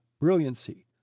brilliancy